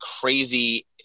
crazy